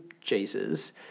Jesus